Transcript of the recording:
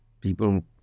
people